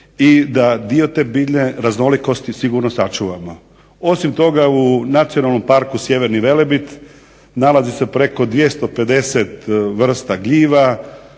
i da dio te biljne raznolikosti sigurno sačuvamo. Osim toga u Nacionalnom parku Sjeverni Velebit nalazi se preko 250 vrsta gljiva,